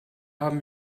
haben